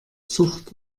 zucht